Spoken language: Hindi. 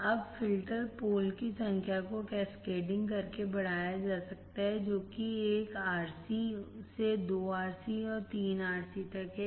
अब फिल्टर पोल की संख्या को कैस्केडिंग करके बढ़ाया जा सकता है जो कि 1 RC से 2 RC से 3 RC तक है